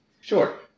Sure